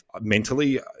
mentally